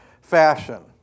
fashion